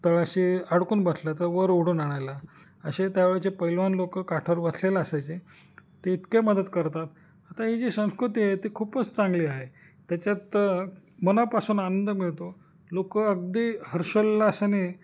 तळाशी अडकून बसल्या तर वर ओढून आणायला असे त्यावेळचे पैलवान लोक काठावर बसलेले असायचे ते इतके मदत करतात आता ही जी संस्कृती आहे ती खूपच चांगली आहे त्याच्यात मनापासून आनंद मिळतो लोकं अगदी हर्षोल्लासाने